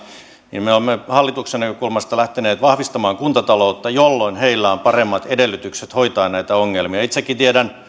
niin me olemme hallituksen näkökulmasta lähteneet vahvistamaan kuntataloutta jolloin heillä on paremmat edellytykset hoitaa näitä ongelmia itsekin tiedän